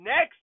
Next